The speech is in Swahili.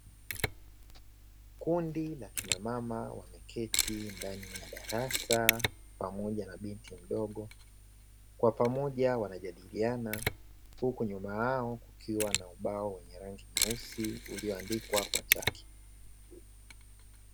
Kundi la kina mama wakiketi ndani ya darasa pamoja na binti mdogo kwa pamoja wanajadiliana huku nyuma yao kukiwa na ubao wenye rangi nyeusi ulioandikwa kwa chaki.